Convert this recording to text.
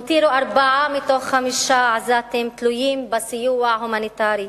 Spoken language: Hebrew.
הותיר ארבעה מתוך חמישה עזתים תלויים בסיוע ההומניטרי.